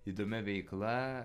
įdomia veikla